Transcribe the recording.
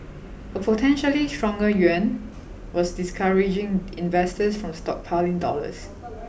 a potentially stronger yuan was discouraging investors from stockpiling dollars